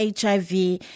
HIV